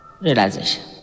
Realization